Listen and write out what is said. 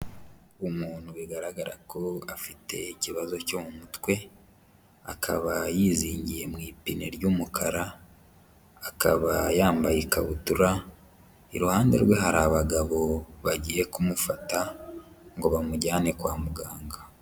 Umuntu bigaragara ko afite ikibazo cyo mu mutwe, akaba yizingiye mu ipine ry'umukara, akaba yambaye ikabutura, iruhande rwe hari abagabo bagiye kumufata ngo bamujyane kwa muganga.